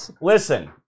listen